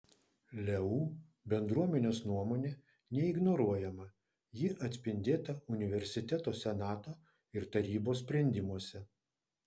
leu bendruomenės nuomonė neignoruojama ji atspindėta universiteto senato ir tarybos sprendimuose